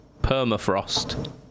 Permafrost